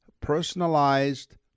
personalized